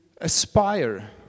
Aspire